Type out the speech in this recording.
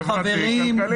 חברים,